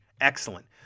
Excellent